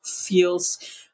feels